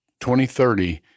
2030